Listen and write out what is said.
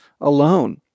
alone